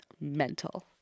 mental